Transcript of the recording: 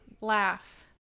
laugh